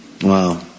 Wow